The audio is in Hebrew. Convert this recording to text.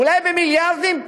אולי במיליארדים,